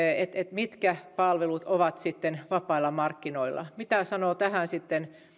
mitkä palvelut ovat sitten vapailla markkinoilla mitä sanoo tähän